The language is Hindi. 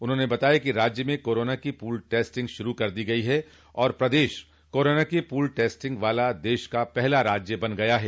उन्होंने बताया कि राज्य में कोरोना की पूल टेस्टिंग शुरू कर दी गई है और प्रदेश कोरोना की पूल टेस्टिंग वाला देश का पहला राज्य बन गया है